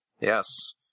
yes